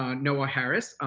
um noah harris.